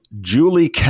julie